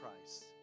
Christ